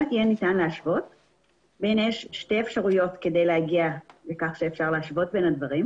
יש שתי אפשרויות כדי שנוכל להשוות בין הדברים: